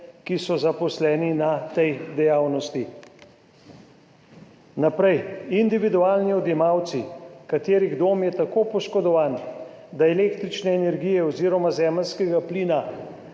ki so zaposleni na tej dejavnosti. Naprej: individualnim odjemalcem, katerih dom je tako poškodovan, da električne energije oziroma zemeljskega plina